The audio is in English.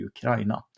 Ukraina